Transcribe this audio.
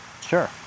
Sure